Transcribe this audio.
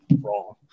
wrong